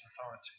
authority